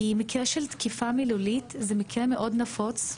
מקרה של תקיפה מילולית זה מקרה מאוד נפוץ.